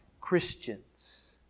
Christians